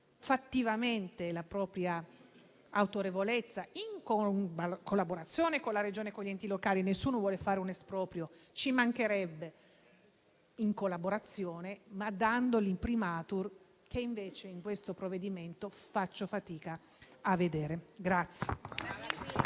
fattivamente la propria autorevolezza? Questo in collaborazione con la Regione e con gli enti locali - nessuno vuole fare un esproprio di competenze, ci mancherebbe - ma dando l'*imprimatur* che invece in questo provvedimento faccio fatica a vedere.